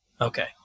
Okay